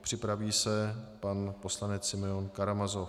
Připraví se pan poslanec Karamazov.